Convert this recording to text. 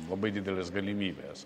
labai didelės galimybės